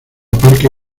parque